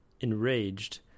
Enraged